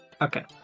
Okay